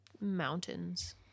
mountains